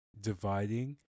dividing